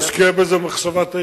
תשקיע בזה מחשבה,